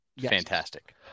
fantastic